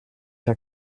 herr